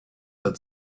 der